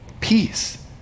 Peace